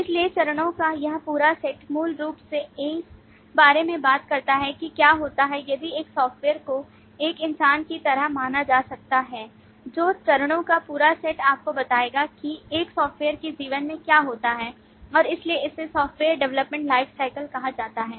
इसलिए चरणों का यह पूरा सेट मूल रूप से इस बारे में बात करता है कि क्या होता है यदि एक सॉफ्टवेयर को एक इंसान की तरह माना जा सकता है तो चरणों का पूरा सेट आपको बताएगा कि एक सॉफ्टवेयर के जीवन में क्या होता है और इसलिए इसे software development lifecycle कहा जाता है